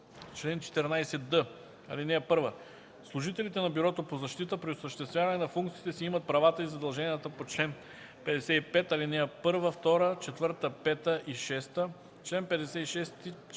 Чл. 14д. (1) Служителите на Бюрото по защита при осъществяване на функциите си имат правата и задълженията по чл. 55, ал. 1, 2, 4, 5 и 6, чл. 56,